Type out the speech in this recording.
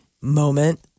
moment